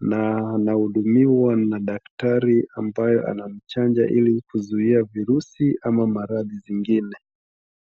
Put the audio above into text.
na anahudumiwa na daktari ambayo anamchanja ili kuzuia virusi na maradhi zingine.